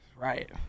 Right